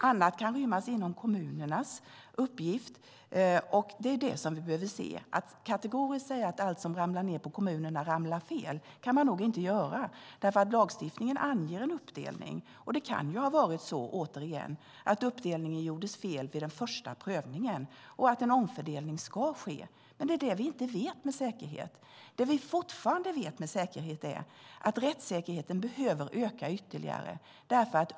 Annat kan rymmas inom kommunernas uppgift. Det är vad vi behöver se. Att kategoriskt säga att allt som ramlar ned på kommunerna ramlar fel kan man inte göra. Lagstiftningen anger en uppdelning. Det kan ha varit så att uppdelningen gjordes fel vid den första prövningen och att en omfördelning ska ske. Men det vet vi inte med säkerhet. Det vi fortfarande vet med säkerhet är att rättssäkerheten behöver öka ytterligare.